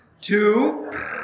two